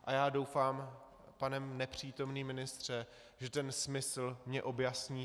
A já doufám, pane nepřítomný ministře, že ten smysl mi objasníte.